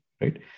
right